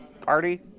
Party